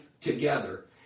together